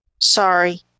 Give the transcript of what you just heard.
Sorry